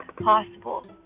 possible